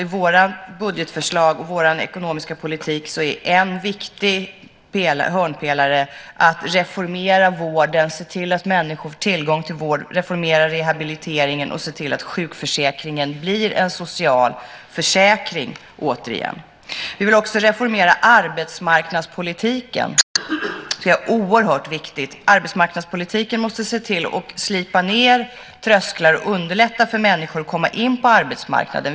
I vårt budgetförslag och vår ekonomiska politik är en viktig hörnpelare att reformera vården, se till att människor får tillgång till vård, reformera rehabiliteringen och se till att sjukförsäkringen blir en social försäkring återigen. Vi vill också reformera arbetsmarknadspolitiken. Det är oerhört viktigt. Arbetsmarknadspolitiken måste se till att slipa ned trösklar och underlätta för människor att komma in på arbetsmarknaden.